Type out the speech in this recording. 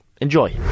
Enjoy